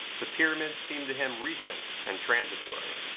the pyramids seem to him recent and transitory.